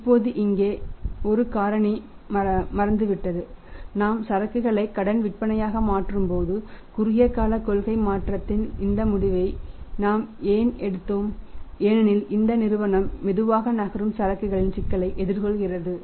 இப்போது இங்கே ஒரு காரணி மறந்துவிட்டது நாம் சரக்குகளை கடன் விற்பனையாக மாற்றும்போது குறுகிய கால கொள்கை மாற்றத்தின் இந்த முடிவை நாம் ஏன் எடுத்தோம் ஏனெனில் நிறுவனம் மெதுவாக நகரும் சரக்குகளின் சிக்கலை எதிர்கொள்வதைப் பின்பற்றுகிறது